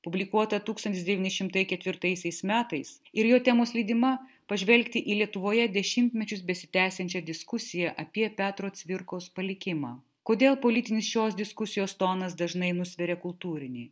publikuotą tūkstantis devyni šimtai ketvirtaisiais metais ir jo temos lydima pažvelgti į lietuvoje dešimtmečius besitęsiančią diskusiją apie petro cvirkos palikimą kodėl politinis šios diskusijos tonas dažnai nusveria kultūrinį